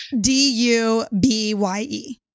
D-U-B-Y-E